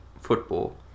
football